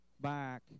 Back